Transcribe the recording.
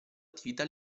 attività